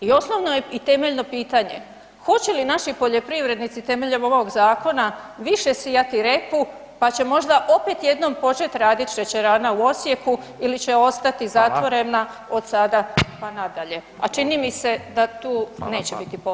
I osnovno je i temeljno pitanje, hoće li naši poljoprivrednici temeljem ovog zakona više sijati repu, pa će možda opet jednom počet radit šećerana u Osijeku ili će ostati zatvorena od sada, pa nadalje, a čini mi se da tu neće biti pomaka.